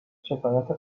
شکایت